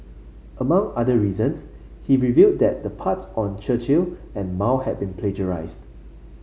among other reasons he revealed that the parts on Churchill and Mao had been plagiarised